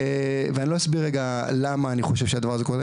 אני לא אסביר רגע למה אני חושב שהדבר הזה קורה,